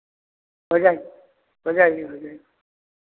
हो जाए हो जाएगी हो जाएगी